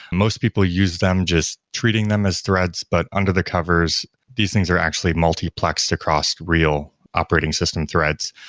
most people use them, just treating them as threads, but under the covers these things are actually multiplexed across real operating system threads.